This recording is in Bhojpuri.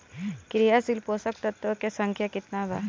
क्रियाशील पोषक तत्व के संख्या कितना बा?